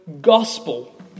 gospel